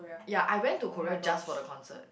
ya I went to Korea just for the concert